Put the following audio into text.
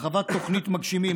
הרחבת תוכנית מגשימים,